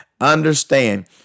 Understand